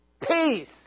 peace